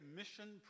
mission